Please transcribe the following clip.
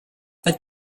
but